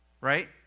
right